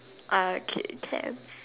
alright kid damn